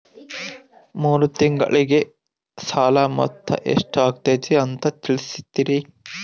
ಮೂರು ತಿಂಗಳಗೆ ಸಾಲ ಮೊತ್ತ ಎಷ್ಟು ಆಗೈತಿ ಅಂತ ತಿಳಸತಿರಿ?